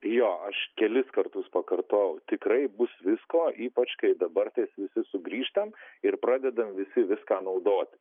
jo aš kelis kartus pakartojau tikrai bus visko ypač kai dabar taip visi sugrįžtam ir pradedam visi viską naudoti